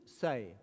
say